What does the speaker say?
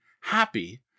happy